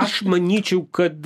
aš manyčiau kad